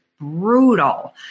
brutal